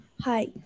Hi